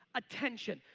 attention,